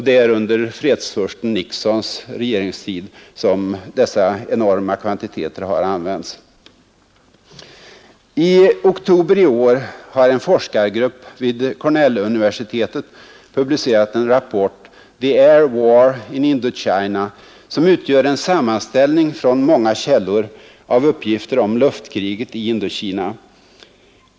Det är under ”fredsfursten” Nixons regeringstid som dessa enorma kvantiteter har använts. I oktober i år har en forskargrupp vid Cornelluniversitetet publicerat en rapport, ”The Air War in Indochina”, som utgör en sammanställning från många källor av uppgifter om luftkriget i Indokina.